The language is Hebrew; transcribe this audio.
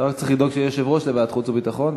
צריך לדאוג שיהיה יושב-ראש לוועדת החוץ והביטחון,